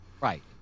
Right